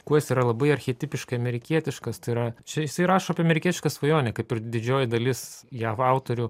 kuo jis yra labai archetipiškai amerikietiškas tai yra čia jisai rašo apie amerikietiška svajonę kaip ir didžioji dalis jav autorių